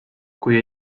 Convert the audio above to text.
kui